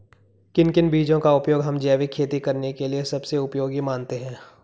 किन किन बीजों का उपयोग हम जैविक खेती करने के लिए सबसे उपयोगी मानते हैं?